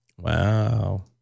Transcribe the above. Wow